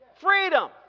Freedom